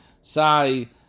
sai